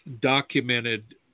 documented